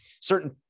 certain